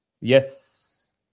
Yes